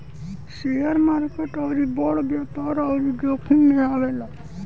share market अउरी बड़ व्यापार अउरी जोखिम मे आवेला